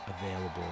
available